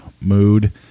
mood